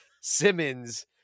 Simmons